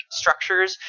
structures